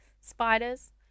Spiders